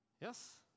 Yes